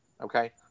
Okay